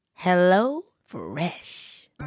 HelloFresh